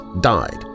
died